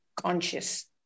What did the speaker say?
conscious